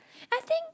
I think